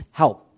help